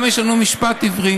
יש לנו גם משפט עברי.